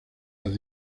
las